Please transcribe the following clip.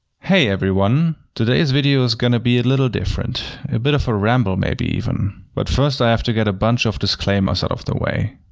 hey everyone, today's video is going to be a little different. a bit of a ramble maybe, even. but first i have to get a bunch of disclaimers out of the way.